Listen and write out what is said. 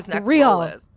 real